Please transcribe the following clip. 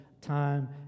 time